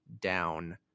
down